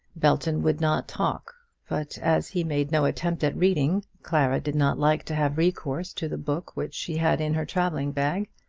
belton would not talk but as he made no attempt at reading, clara did not like to have recourse to the book which she had in her travelling-bag.